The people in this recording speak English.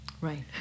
right